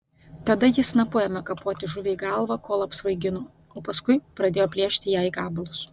tada ji snapu ėmė kapoti žuviai galvą kol apsvaigino o paskui pradėjo plėšyti ją į gabalus